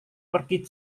pergi